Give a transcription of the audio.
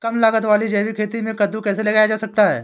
कम लागत वाली जैविक खेती में कद्दू कैसे लगाया जा सकता है?